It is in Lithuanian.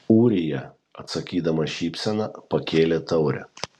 ūrija atsakydamas šypsena pakėlė taurę